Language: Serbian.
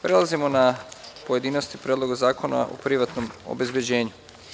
Prelazimo na pojedinosti o Predlogu zakona o privatnom obezbeđenju.